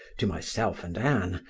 to myself and ann,